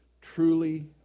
truly